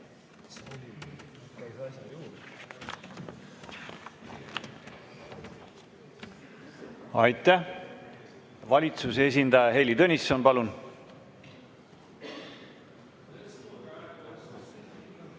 Aitäh! Valitsuse esindaja Heili Tõnisson, palun!